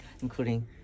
including